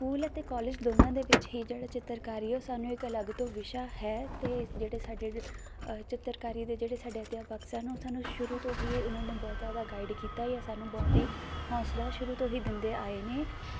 school ਅਤੇ college ਦੋਨਾਂ ਦੇ ਵਿੱਚ ਹੀ ਜਿਹੜਾ ਚਿੱਤਰਕਾਰੀ ਹੈ ਉਹ ਸਾਨੂੰ ਇੱਕ ਅਲੱਗ ਤੋਂ ਵਿਸ਼ਾ ਹੈ ਅਤੇ ਜਿਹੜੇ ਸਾਡੇ ਚਿੱਤਰਕਾਰੀ ਦੇ ਜਿਹੜੇ ਸਾਡੇ ਅਧਿਆਪਕ ਸਨ ਉਹ ਸਾਨੂੰ ਸ਼ੁਰੂ ਤੋਂ ਹੀ ਉਹਨਾਂ ਨੇ ਬਹੁਤ ਜ਼ਿਆਦਾ ਗਾਈਡ ਕੀਤਾ ਜਾਂ ਸਾਨੂੰ ਬਹੁਤ ਹੀ ਹੌਂਸਲਾ ਸ਼ੁਰੂ ਤੋਂ ਹੀ ਦਿੰਦੇ ਆਏ ਨੇ